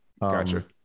Gotcha